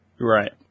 Right